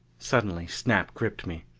suddenly snap gripped me.